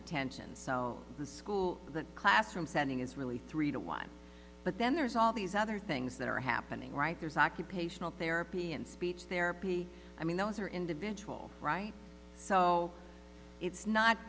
attention so the school the classroom setting is really three to one but then there's all these other things that are happening right there's occupational therapy and speech therapy i mean those are individual right so it's not